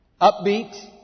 Upbeat